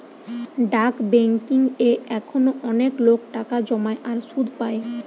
ডাক বেংকিং এ এখনো অনেক লোক টাকা জমায় আর সুধ পায়